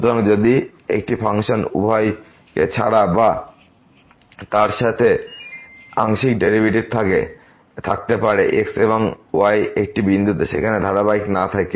সুতরাং যদি একটি ফাংশন উভয়কে ছাড়া বা তার সাথে আংশিক ডেরিভেটিভ থাকতে পারে x এবং y একটি বিন্দুতে সেখানে ধারাবাহিক না থেকে